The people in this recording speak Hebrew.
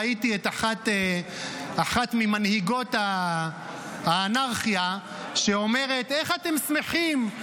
ראיתי את אחת ממנהיגות האנרכיה שאומרת: איך אנחנו שמחים?